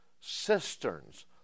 cisterns